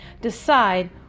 decide